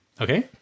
Okay